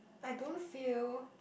I don't feel